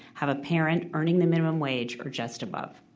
have a parent earning the minimum wage or just above.